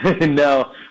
No